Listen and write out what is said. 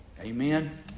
Amen